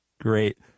Great